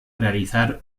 realizar